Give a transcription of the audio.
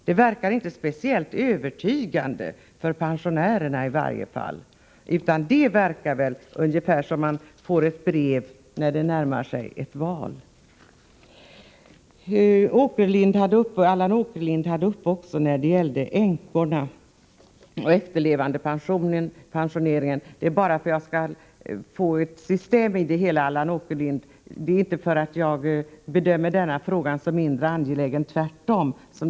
Det verkar inte speciellt övertygande, i varje fall inte för pensionärerna, utan det ser ut som när man får ett brev när det närmar sig ett val. Allan Åkerlind tog också upp frågan om efterlevandepensionering. Det var bara för att jag skulle ordna det hela systematiskt som denna fråga kommer sist och inte därför att jag bedömer den som mindre angelägen, tvärtom.